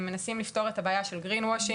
הם מנסים לפתור את הבעיה ה-Greenwashing